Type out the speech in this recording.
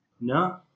No